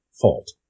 fault